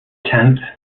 tenth